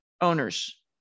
owners